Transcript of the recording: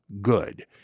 Good